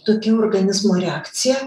tokia organizmo reakcija